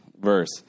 verse